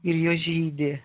ir jos žydi